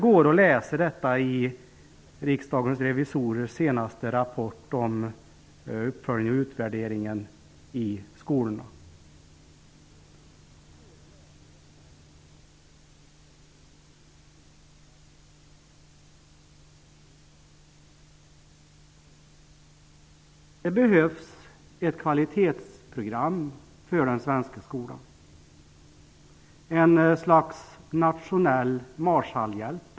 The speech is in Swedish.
Man kan läsa om detta i Riksdagens revisorers senaste rapport om uppföljningen och utvärderingen i skolorna. Det behövs ett kvalitetsprogram för den svenska skolan -- ett slags nationell Marshallhjälp.